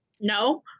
No